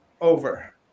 over